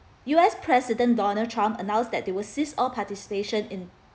U_S president donald trump announced that they will cease all participation in